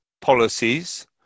policies